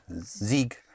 Sieg